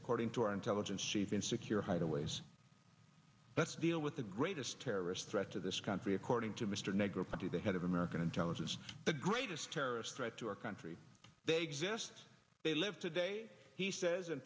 according to our intelligence chief in secure hideaways that's deal with the greatest terrorist threat to this country according to mr negroponte the head of american intelligence the greatest terrorist threat to our country they exist they live today he says